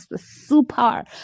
super